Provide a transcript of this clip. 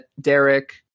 Derek